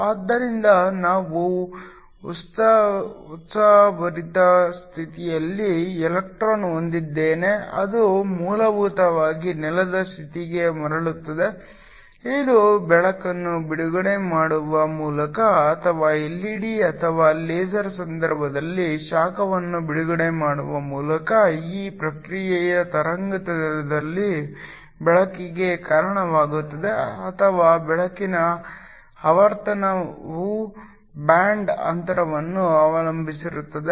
ಆದ್ದರಿಂದ ನಾನು ಉತ್ಸಾಹಭರಿತ ಸ್ಥಿತಿಯಲ್ಲಿ ಎಲೆಕ್ಟ್ರಾನ್ ಹೊಂದಿದ್ದೇನೆ ಅದು ಮೂಲಭೂತವಾಗಿ ನೆಲದ ಸ್ಥಿತಿಗೆ ಮರಳುತ್ತದೆ ಇದು ಬೆಳಕನ್ನು ಬಿಡುಗಡೆ ಮಾಡುವ ಮೂಲಕ ಅಥವಾ ಎಲ್ಇಡಿ ಅಥವಾ ಲೇಸರ್ ಸಂದರ್ಭದಲ್ಲಿ ಶಾಖವನ್ನು ಬಿಡುಗಡೆ ಮಾಡುವ ಮೂಲಕ ಈ ಪ್ರಕ್ರಿಯೆಯು ತರಂಗಾಂತರದಲ್ಲಿ ಬೆಳಕಿಗೆ ಕಾರಣವಾಗುತ್ತದೆ ಅಥವಾ ಬೆಳಕಿನ ಆವರ್ತನವು ಬ್ಯಾಂಡ್ ಅಂತರವನ್ನು ಅವಲಂಬಿಸಿರುತ್ತದೆ